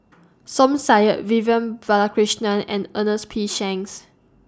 Som Said Vivian Balakrishnan and Ernest P Shanks